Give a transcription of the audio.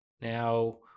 Now